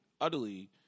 utterly